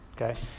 Okay